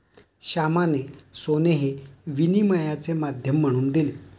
श्यामाने सोने हे विनिमयाचे माध्यम म्हणून दिले